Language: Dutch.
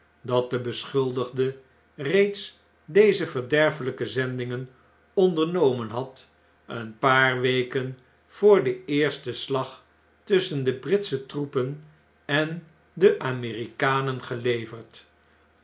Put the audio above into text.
dat de beschuldigde reeds deze verderfelijke zendingen ondernomen had een paar weken voor den eersten slag tusschen debritsche troepen en de amerikanen geleverd